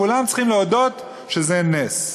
כולם צריכים להודות שזה נס.